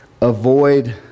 avoid